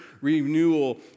renewal